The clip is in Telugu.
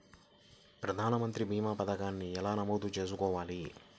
ప్రధాన మంత్రి భీమా పతకాన్ని ఎలా నమోదు చేసుకోవాలి?